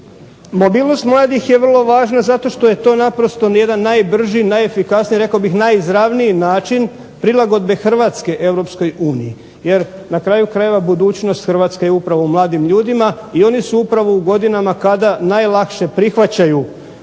Mobilnost mladih je vrlo važna zato što je to naprosto jedan najbrži, najefikasniji, rekao bih najizravniji način prilagodbe Hrvatske Europskoj uniji. Jer na kraju krajeva budućnost Hrvatske je upravo u mladim ljudima i oni su upravo u godinama kada najlakše prihvaćaju